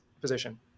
position